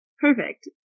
Perfect